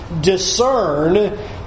discern